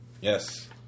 Yes